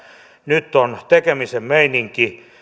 nyt on tekemisen meininki